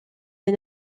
des